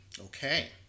Okay